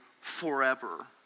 forever